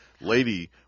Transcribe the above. lady